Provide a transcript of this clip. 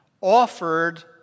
offered